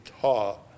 taught